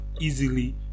easily